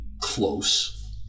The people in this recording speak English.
close